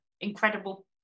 incredible